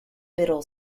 middle